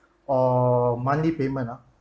or monthly payment ah